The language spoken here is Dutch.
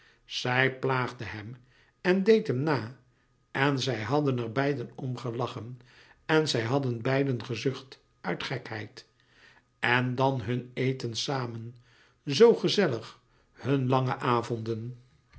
zij plaagde hem en deed hem na en zij hadden er beiden om gelachen en zij hadden beiden gezucht uit gekheid en dan hun eten samen zoo gezellig hun lange avonden